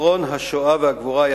זיכרון השואה והגבורה,